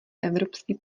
evropský